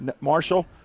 Marshall